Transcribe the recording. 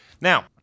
Now